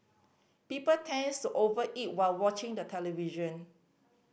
people tends to over eat while watching the television